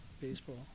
Baseball